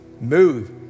move